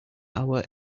our